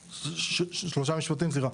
שלושה משפטים, סליחה.